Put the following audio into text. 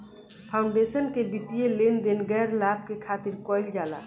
foundation के वित्तीय लेन देन गैर लाभ के खातिर कईल जाला